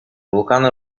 volcano